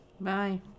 Bye